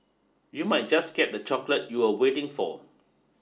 you might just get that chocolate you are waiting for